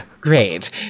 Great